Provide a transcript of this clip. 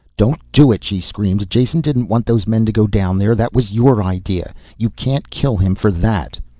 don't do it, she screamed. jason didn't want those men to go down there. that was your idea. you can't kill him for that!